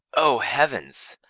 o heavens!